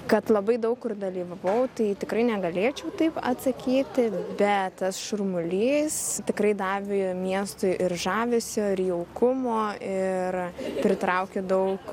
kad labai daug kur dalyvavau tai tikrai negalėčiau taip atsakyti bet tas šurmulys tikrai davė miestui ir žavesio ir jaukumo ir pritraukė daug